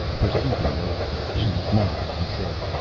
perceiving no one, she nodded and said,